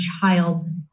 child's